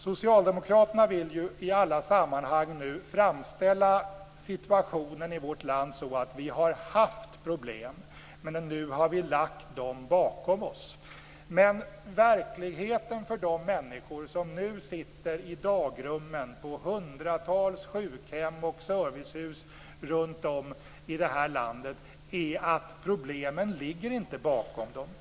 Socialdemokraterna vill ju i alla sammanhang framställa situationen i vårt land så att vi har haft problem, men att vi nu har lagt dem bakom oss. Men verkligheten för de människor som nu sitter i dagrummen på hundratals sjukhem och servicehus runt om i det här landet är att problemen inte ligger bakom dem.